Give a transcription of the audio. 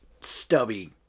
stubby